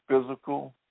physical